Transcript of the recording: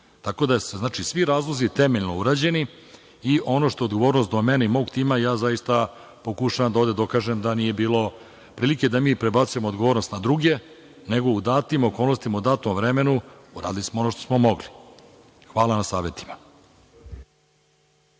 bila istina. Svi razlozi su temeljno urađeni i ono što je odgovornost do mene i mog tima, zaista pokušavam da ovde dokažem da nije bilo prilike da mi prebacujemo odgovornost na druge, nego u datim okolnostima i u datom vremenu uradili smo ono što smo mogli. Hvala na savetima.